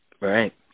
Right